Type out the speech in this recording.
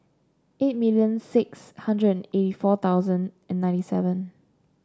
eight million six hundred and eighty four thousand and ninety seven